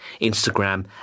Instagram